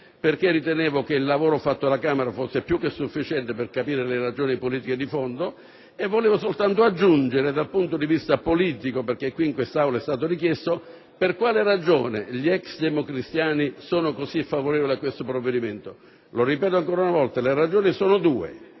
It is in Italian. perché ritenevo che il lavoro fatto alla Camera fosse più che sufficiente per capire le ragioni politiche di fondo e volevo soltanto aggiungere, dal punto di vista politico, perché è stato chiesto in quest'Aula, per quale ragione gli ex democristiani sono così favorevoli a questo provvedimento. Lo ripeto ancora una volta. Le ragioni sono due: